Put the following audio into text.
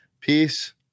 Peace